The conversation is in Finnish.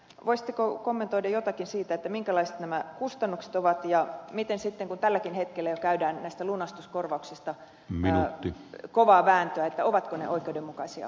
voisitteko kommentoida jotakin siitä minkälaiset nämä kustannukset ovat ja kun tälläkin hetkellä jo käydään näistä lunastuskorvauksista kovaa vääntöä ovatko ne oikeudenmukaisia